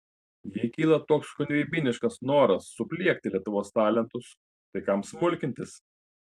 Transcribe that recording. jei kyla toks chunveibiniškas noras supliekti lietuvos talentus tai kam smulkintis